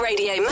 Radio